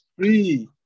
free